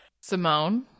Simone